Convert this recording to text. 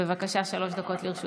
בבקשה, שלוש דקות לרשותך.